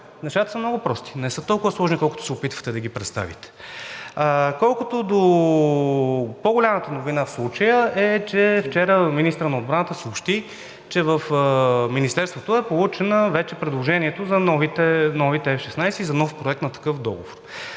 Нещата са много прости не са толкова сложни, колкото се опитвате да ги представите. По-голямата новина в случая е, че вчера министърът на отбраната съобщи, че в Министерството е получено вече предложението за новите F-16 и за нов проект на такъв договор.